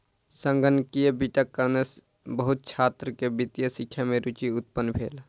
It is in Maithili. संगणकीय वित्तक कारणेँ बहुत छात्र के वित्तीय शिक्षा में रूचि उत्पन्न भेल